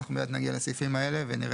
אנחנו עוד מעט נגיע לסעיפים האלה ונראה